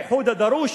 איחוד הדרוש